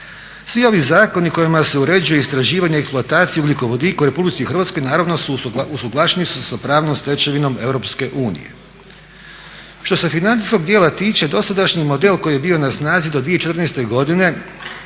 Svi ovi zakoni kojima se uređuje istraživanje i eksploatacija ugljikovodika u Republici Hrvatskoj naravno usuglašeni su sa pravnom stečevinom Europske unije. Što se financijskog dijela tiče dosadašnji model koji je bio na snazi do 2014. od